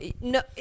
no